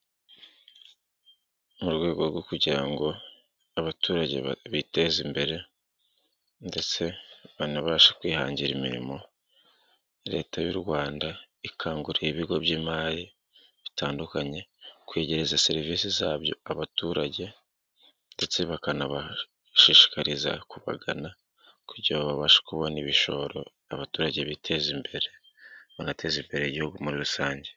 Mu rwego rwo kugirango abaturage biteze imbere ndetse banabashe kwihangira imirimo ,leta yu rwanda ikangurira ibigo byimari bitandukanye kwegereza ibigo byimari bitandukanye kwegereza serivisi zabyo abaturage ndetse bakanabashishariza kubagana kujyirango abaturage babashe kubona ibishoro abaturge biteze imbere banateze igihugu imbere muri rusange.